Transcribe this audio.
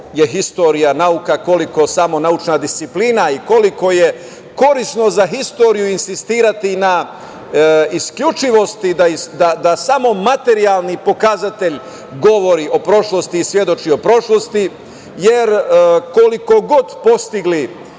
je historija nauka, koliko je tamo naučna disciplina i koliko je korisno za histeriju insistirati na isključivosti da samo materijalni pokazatelj govori o prošlosti i svedoči o prošlosti, jer koliko god postigli,